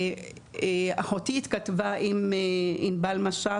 אחותי התכתבה עם ענבל משש,